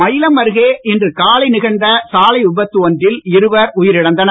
மயிலம் அருகே இன்று காலை நிகழ்ந்த சாலை விபத்து ஒன்றில் இருவர் உயிரிழந்தனர்